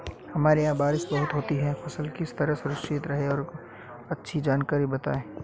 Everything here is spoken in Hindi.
हमारे यहाँ बारिश बहुत होती है फसल किस तरह सुरक्षित रहे कुछ जानकारी बताएं?